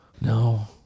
No